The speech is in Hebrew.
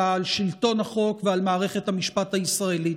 על שלטון החוק ועל מערכת המשפט הישראלית.